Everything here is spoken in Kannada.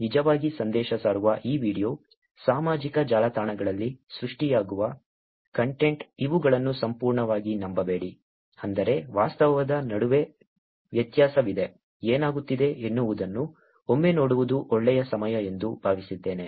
ನಿಜವಾಗಿ ಸಂದೇಶ ಸಾರುವ ಈ ವೀಡಿಯೋ ಸಾಮಾಜಿಕ ಜಾಲತಾಣಗಳಲ್ಲಿ ಸೃಷ್ಟಿಯಾಗುವ ಕಂಟೆಂಟ್ ಇವುಗಳನ್ನು ಸಂಪೂರ್ಣವಾಗಿ ನಂಬಬೇಡಿ ಅಂದರೆ ವಾಸ್ತವದ ನಡುವೆ ವ್ಯತ್ಯಾಸವಿದೆ ಏನಾಗುತ್ತಿದೆ ಎನ್ನುವುದನ್ನು ಒಮ್ಮೆ ನೋಡುವುದು ಒಳ್ಳೆಯ ಸಮಯ ಎಂದು ಭಾವಿಸಿದ್ದೇನೆ